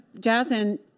jasmine